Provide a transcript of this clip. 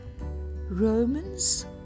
Romans